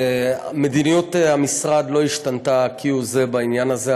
מדיניות המשרד לא השתנתה כהוא זה בעניין הזה.